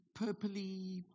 purpley –